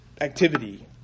activity